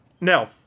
no